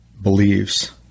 believes